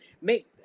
make